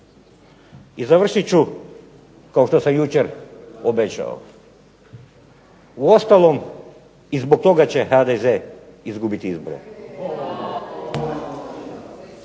I završit ću kao što sam jučer obećao. Uostalom i zbog toga će HDZ izgubiti izbore.